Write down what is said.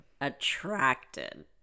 attracted